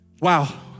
Wow